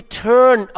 turn